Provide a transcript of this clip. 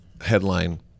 headline